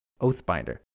Oathbinder